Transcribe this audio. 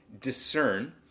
discern